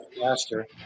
faster